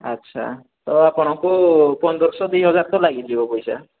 ଆଚ୍ଛା ତ ଆପଣଙ୍କୁ ପନ୍ଦରଶହ ଦୁଇ ହଜାର ତ ଲାଗିଯିବ ପଇସା